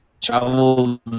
travel